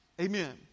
Amen